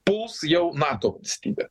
puls jau nato valstybę